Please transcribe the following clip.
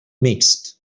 mixt